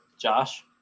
josh